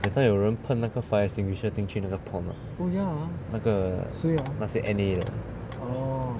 that time 有人喷那个 fire extinguisher 进去那个 pond [what] 那个那些 N_A 的